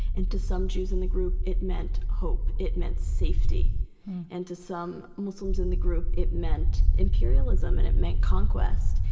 and to some jews in the group, it meant hope, it meant safety and to some muslims in the group, it meant imperialism and it meant conquest,